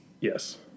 Yes